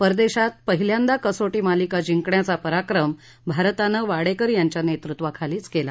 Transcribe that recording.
परदेशात पहिल्यांदा कसोटी मालिका जिंकण्याचा पराक्रम भारतानं वाडेकर यांच्या नेतृत्वाखालीच केला